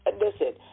Listen